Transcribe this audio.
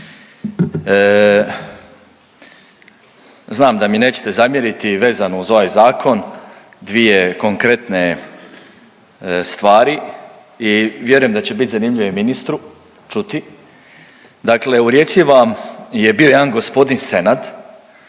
Znam da mi nećete zamjeriti vezano uz ovaj zakon dvije konkretne stvari i vjerujem da će bit zanimljivo i ministru čuti. Dakle u Rijeci vam je bio jedan g. Senad